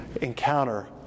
encounter